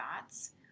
thoughts